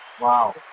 Wow